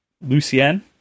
Lucienne